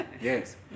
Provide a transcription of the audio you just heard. Yes